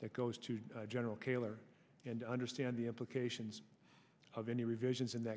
that goes to the general kaylor and understand the implications of any revisions in that